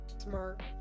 smart